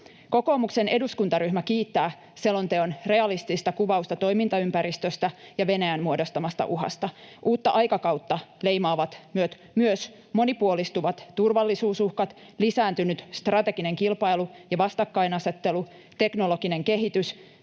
Kokoomuksen eduskuntaryhmä kiittää selonteon realistista kuvausta toimintaympäristöstä ja Venäjän muodostamasta uhasta. Uutta aikakautta leimaavat myös monipuolistuvat turvallisuusuhkat, lisääntynyt strateginen kilpailu ja vastakkainasettelu, teknologinen kehitys